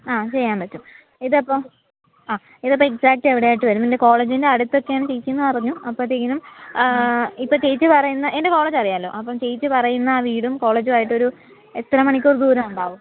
ആ ചെയ്യാൻ പറ്റും ഇത് അപ്പം അ ഇത് അപ്പം എക്സാറ്റ് എവിടെ ആയിട്ട് വരും എൻ്റെ കോളേജിൻ്റെ അടുത്തൊക്കെയാണ് ചേച്ചി എന്ന് പറഞ്ഞു അപ്പോഴത്തേക്കിനും ഇപ്പം ചേച്ചി പറയുന്ന എൻ്റെ കോളേജ് അറിയാലോ അപ്പം ചേച്ചി പറയുന്ന വീടും കോളേജും ആയിട്ട് ഒരു എത്ര മണിക്കൂർ ദൂരം ഉണ്ടാവും